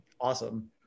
Awesome